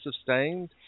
sustained